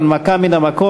הנמקה מן המקום.